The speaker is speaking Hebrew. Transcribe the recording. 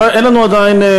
אין לנו עדיין,